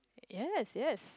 yes yes